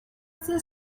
there